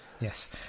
Yes